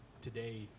today